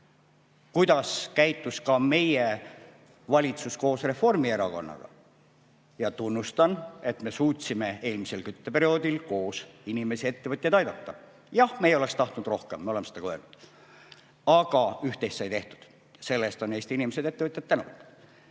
kuidas käitus meie valitsus koos Reformierakonnaga. Tunnustan, et me suutsime eelmisel kütteperioodil koos inimesi, ettevõtjaid aidata. Jah, meie oleksime tahtnud rohkem, me oleme seda ka öelnud, aga üht-teist sai tehtud. Selle eest on Eesti inimesed, ettevõtjad